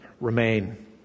remain